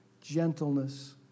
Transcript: gentleness